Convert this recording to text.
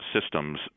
systems